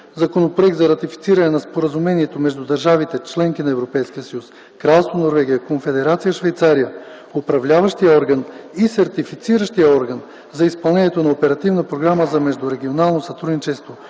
Законопроект за ратифициране на Споразумението между държавите – членки на Европейския съюз, Кралство Норвегия, Конфедерация Швейцария, Управляващия орган и Сертифициращия орган за изпълнението на Оперативна програма за междурегионално сътрудничество